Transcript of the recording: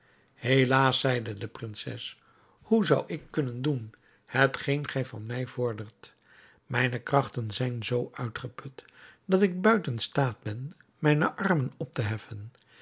geloovenhelaas zeide de prinses hoe zou ik kunnen doen hetgeen gij van mij vordert mijne krachten zijn zoo uitgeput dat ik buiten staat ben mijne armen op te heffen